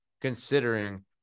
considering